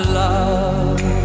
love